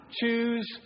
choose